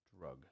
drug